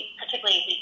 particularly